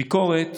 ביקורת